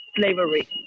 slavery